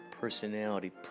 personality